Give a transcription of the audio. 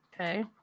Okay